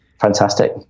fantastic